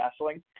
wrestling